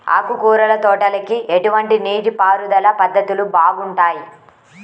ఆకుకూరల తోటలకి ఎటువంటి నీటిపారుదల పద్ధతులు బాగుంటాయ్?